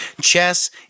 Chess